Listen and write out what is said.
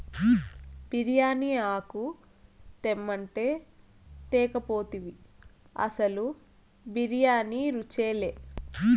బిర్యానీ ఆకు తెమ్మంటే తేక పోతివి అసలు బిర్యానీ రుచిలే